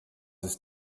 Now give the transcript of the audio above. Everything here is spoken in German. ist